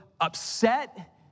upset